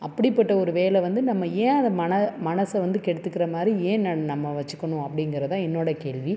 அப்படிப்பட்ட ஒரு வேலை வந்து நம்ம ஏன் அதை மன மனதை வந்து கெடுத்துக்கிற மாதிரி ஏன் ந நம்ம வச்சுக்கணும் அப்படிங்கிறதான் என்னோடய கேள்வி